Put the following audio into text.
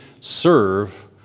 serve